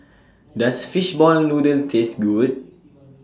Does Fishball Noodle Taste Good